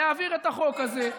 להעביר את החוק הזה.